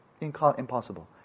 Impossible